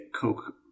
Coke